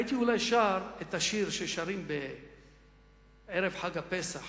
הייתי אולי שר את השיר ששרים בערב חג הפסח: